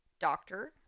doctor